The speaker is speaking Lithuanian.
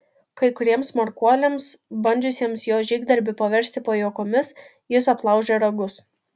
kai kuriems smarkuoliams bandžiusiems jo žygdarbį paversti pajuokomis jis aplaužė ragus